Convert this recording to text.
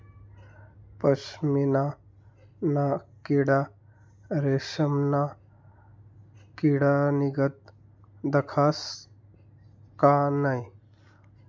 पशमीना ना किडा रेशमना किडानीगत दखास का नै